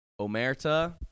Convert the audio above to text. Omerta